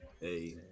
Hey